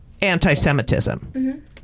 anti-Semitism